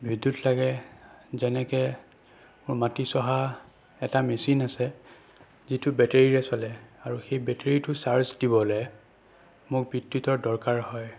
বিদ্যুৎ লাগে যেনেকৈ মাটি চহা এটা মেচিন আছে যিটো বেটেৰীৰে চলে আৰু সেই বেটেৰীটো চাৰ্জ দিবলৈ মোক বিদ্যুতৰ দৰকাৰ হয়